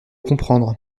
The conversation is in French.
comprendre